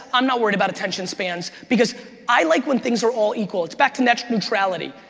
i'm not worried about attention spans because i like when things are all equal. it's back to net neutrality.